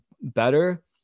better